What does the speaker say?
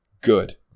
good